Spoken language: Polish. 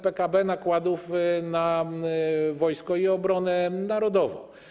PKB nakładów na wojsko i obronę narodową.